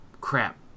crap